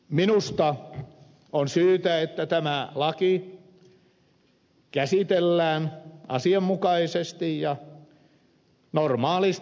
minusta on syytä siihen että tämä laki käsitellään asianmukaisesti ja normaalisti